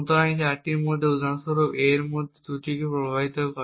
সুতরাং এই চারটির মধ্যে উদাহরণস্বরূপ A এর মধ্যে দুটিকে প্রভাবিত করে